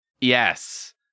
Yes